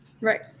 Right